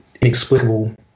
inexplicable